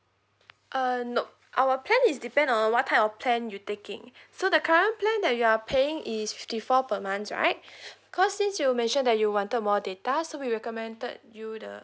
uh nope our plan is depend on what type of plan you taking so the current plan that you are paying is fifty four per month right cause since you mention that you wanted more data so we recommended you the